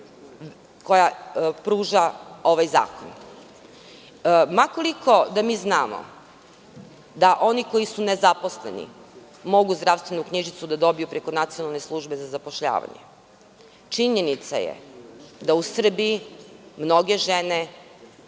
koja pruža ovaj zakon? Ma koliko da mi znamo da oni koji su nezaposleni mogu zdravstvenu knjižicu da dobiju preko Nacionalne službe za zapošljavanje. Činjenica je da u Srbiji mnoge žene,